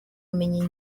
ubumenyi